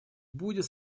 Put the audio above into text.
будет